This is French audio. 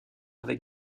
avec